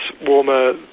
warmer